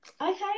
Okay